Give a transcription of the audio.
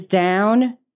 down